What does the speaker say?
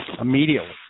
immediately